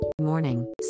Morning